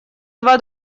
два